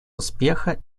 успеха